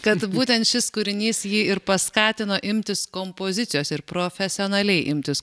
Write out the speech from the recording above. kad būtent šis kūrinys jį ir paskatino imtis kompozicijos ir profesionaliai imtis